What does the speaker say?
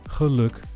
geluk